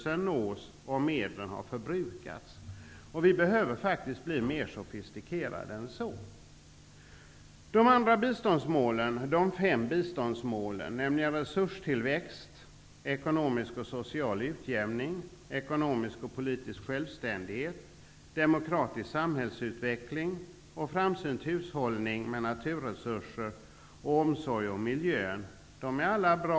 Men vi behöver faktiskt bli mer sofistikerade än så. De fem biståndsmålen resurstillväxt, ekonomisk och social utjämning, ekonomisk och politisk självständighet, demokratisk samhällsutveckling samt framsynt hushållning med naturresurser och omsorg om miljön är alla bra.